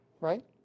right